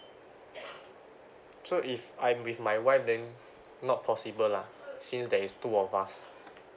so if I'm with my wife then not possible lah since there is two of us